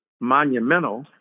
monumental